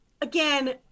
again